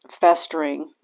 festering